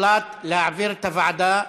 ההצעה עברה,